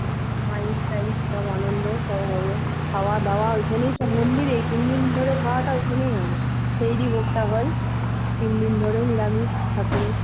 mic টাইক সব আনন্দ সব হবে খাওয়াদাওয়া ওইখানেই সব মন্দিরেই তিনদিন ধরে খাওয়াটা এখানেই হবে তৈরি ভোগটা হয় তিনদিন ধরে নিরামিষ ঠাকুরের